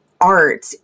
art